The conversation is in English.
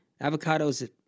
avocados